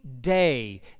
day